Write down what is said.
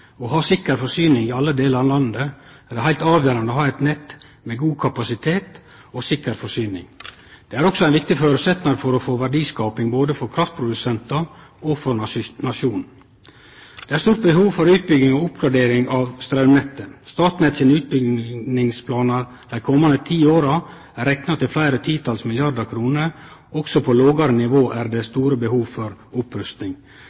ha sikker forsyning i alle delar av landet, er det heilt avgjerande å ha eit nett med god kapasitet og sikker forsyning. Det er også ein viktig føresetnad for verdiskaping, både for kraftprodusentar og for nasjonen. Det er stort behov for utbygging og oppgradering av straumnettet. Statnetts utbyggingsplanar dei komande ti åra er rekna til fleire titals milliardar kroner. Også på lågare nivå er det stort behov for opprusting.